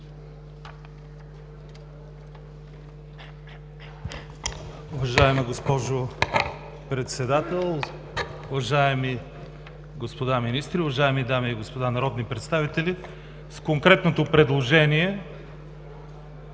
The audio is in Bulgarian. Уважаема госпожо Председател, уважаеми господа министри, уважаеми дами и господа народни представители! С конкретното предложение